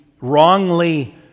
wrongly